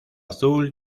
azul